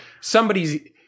somebody's